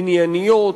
ענייניות,